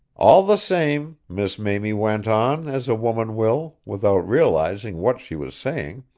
all the same, miss mamie went on, as a woman will, without realising what she was saying,